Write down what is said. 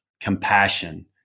compassion